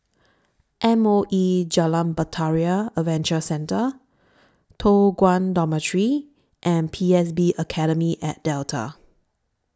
M O E Jalan Bahtera Adventure Centre Toh Guan Dormitory and P S B Academy At Delta